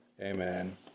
Amen